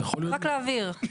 רק להבהיר.